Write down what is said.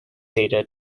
data